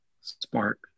spark